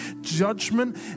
judgment